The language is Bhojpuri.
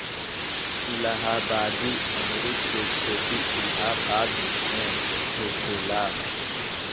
इलाहाबादी अमरुद के खेती इलाहाबाद में होखेला